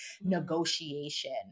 Negotiation